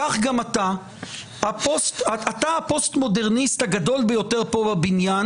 כך גם אתה הפוסט-מודרניסט הגדול ביותר פה בבניין,